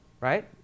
right